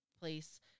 place